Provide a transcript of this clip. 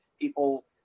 people